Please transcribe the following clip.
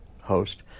host